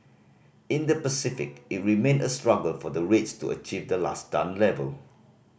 in the Pacific it remained a struggle for the rates to achieve the last done level